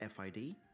fid